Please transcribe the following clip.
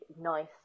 nice